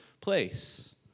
place